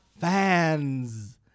fans